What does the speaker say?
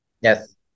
Yes